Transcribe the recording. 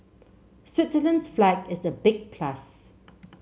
Switzerland's flag is a big plus